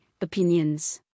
opinions